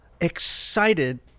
excited